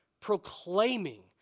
proclaiming